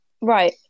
right